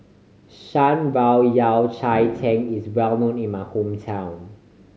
Shan Rui Yao Cai Tang is well known in my hometown